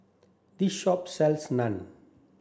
this shop sells Naan